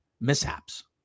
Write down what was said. mishaps